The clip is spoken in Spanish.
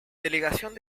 delegación